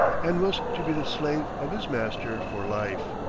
and was to be the slave of his master for life.